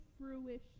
fruition